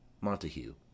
Montague